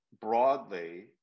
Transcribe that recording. broadly